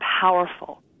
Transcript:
powerful